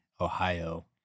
Ohio